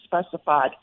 specified